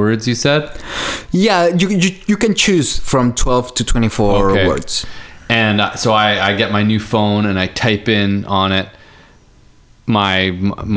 words you said yes you can you can choose from twelve to twenty four words and so i get my new phone and i tape in on it my